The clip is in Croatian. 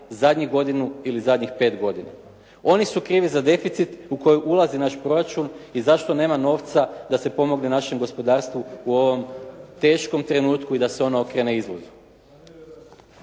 zadnju godinu ili zadnjih 5 godina. Oni su krivi za deficit u koji ulazi naš proračun i zašto nema novca da se pomogne našem gospodarstvu u ovom teškom trenutku i da se on okrene izvozu.